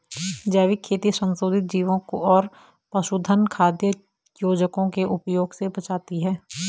जैविक खेती संशोधित जीवों और पशुधन खाद्य योजकों के उपयोग से बचाती है